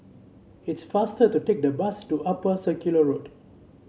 it's faster to take the bus to Upper Circular Road